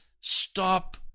stop